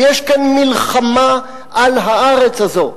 ויש כאן מלחמה על הארץ הזאת,